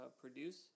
produce